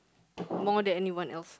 more than anyone else